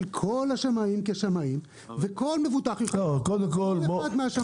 כל השמאים כשמאים וכל מבוטח יוכל לבחור כל אחד מהשמאים.